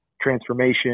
transformation